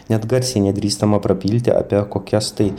net garsiai nedrįstama prabilti apie kokias tai